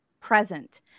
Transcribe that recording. present